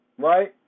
right